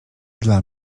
dla